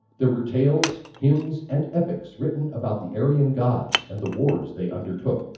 there were tales, hymns and epics written about the aryan gods and the wars they undertook.